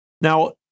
Now